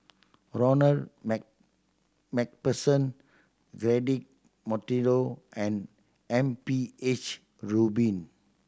Ronald Mac Macpherson Cedric Monteiro and M P H Rubin